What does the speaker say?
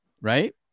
right